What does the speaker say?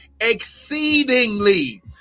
exceedingly